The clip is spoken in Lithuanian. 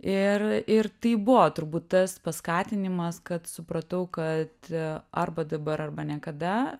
ir ir tai buvo turbūt tas paskatinimas kad supratau kad arba dabar arba niekada